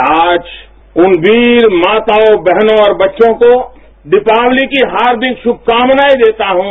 मैं आज उन वीर माताओं बहनों और बच्चों को दीपावली की हार्दिक शुभकामनाएं देता हूं